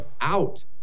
out